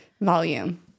volume